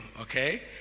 okay